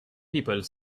people